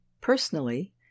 Personally